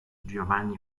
giovanni